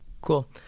cool